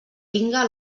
tinga